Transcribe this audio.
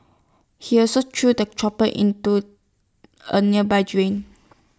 he also threw the chopper into A nearby drain